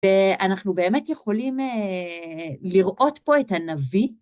ואנחנו באמת יכולים לראות פה את הנביא.